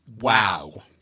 Wow